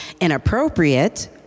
inappropriate